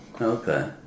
Okay